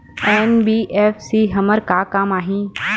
NBFC हमर का काम आही?